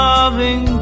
Loving